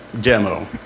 demo